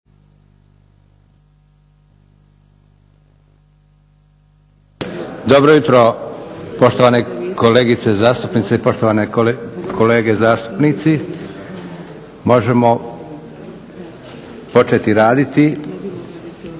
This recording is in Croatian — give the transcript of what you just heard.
zastupnice i poštovani kolege zastupnici. Možemo početi raditi